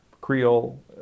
Creole